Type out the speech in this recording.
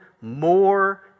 more